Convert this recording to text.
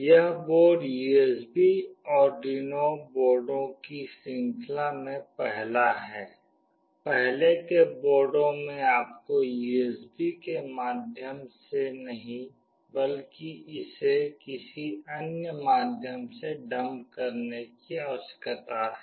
यह board USB Arduino बोर्डों की श्रृंखला में पहला है पहले के बोर्डों में आपको USB के माध्यम से नहीं बल्कि इसे किसी अन्य माध्यम से डंप करने की आवश्यकता है